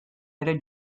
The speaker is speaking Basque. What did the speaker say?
ere